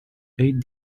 eight